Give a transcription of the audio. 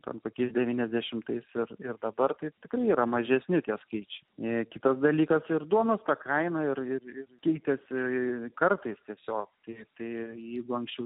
kad kokiais devyniasdešimtaisiais ir ir dabar tai tikrai yra mažesni tie skaičiai jei kitas dalykas ir duonos ta kaina ir irv keitėsi kartais tiesiog teisėjo jeigu anksčiau